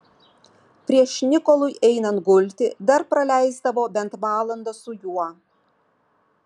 prieš nikolui einant gulti dar praleisdavo bent valandą su juo